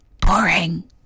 Boring